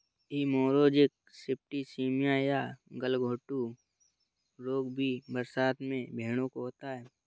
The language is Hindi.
हिमोरेजिक सिप्टीसीमिया या गलघोंटू रोग भी बरसात में भेंड़ों को होता है